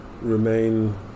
remain